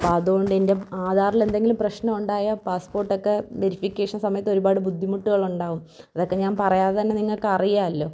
അപ്പം അതോണ്ടെൻറ്റ ആധാറിലെന്തെങ്കിലും പ്രശ്നമുണ്ടായാൽ പാസ്സ്പോർട്ടക്കെ വെരിഫിക്കേഷൻ സമയത്ത് ഒരുപാട് ബുദ്ധിമുട്ടുകളുണ്ടാവും അതൊക്കെ ഞാൻ പറയാതെ തന്നെ നിങ്ങൾക്കറിയാല്ലോ